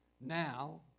Now